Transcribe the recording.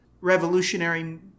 revolutionary